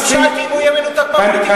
רק שאלתי אם הוא יהיה מנותק מהפוליטיקאים.